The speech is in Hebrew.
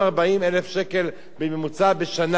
40,000 שקל בממוצע בשנה,